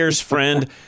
friend